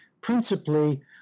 principally